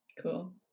Cool